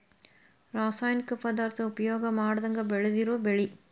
ರಾಸಾಯನಿಕ ಪದಾರ್ಥಾ ಉಪಯೋಗಾ ಮಾಡದಂಗ ಬೆಳದಿರು ಬೆಳಿ